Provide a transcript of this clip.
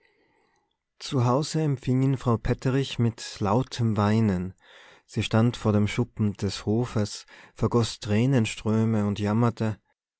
zu hause empfing ihn frau petterich mit lautem weinen sie stand vor dem schuppen des hofes vergoß tränenströme und jammerte